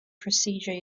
procedure